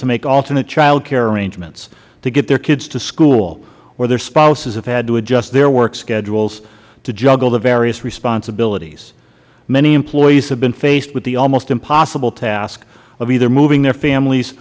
to make alternate child care arrangements to get their kids to school or their spouses have had to adjust their work schedules to juggle the various responsibilities many employees have been faced with the almost impossible task of either moving their families